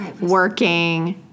Working